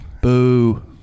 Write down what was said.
Boo